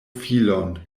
filon